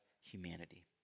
humanity